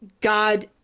God